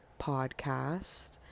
podcast